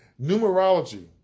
numerology